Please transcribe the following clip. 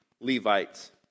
Levites